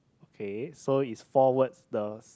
okay so is four words the